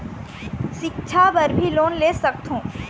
सिक्छा बर भी लोन ले सकथों?